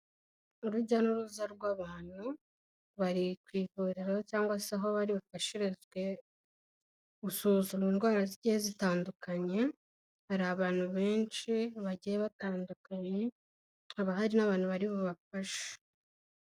Urujya n'uruza rw'abantu bari ku ivuro cyangwa se aho bari bufashirizwe gusuzuma indwara zigiye zitandukanye, hari abantu benshi bagiye batandukanye, haba hari n'abantu bari bubafashe.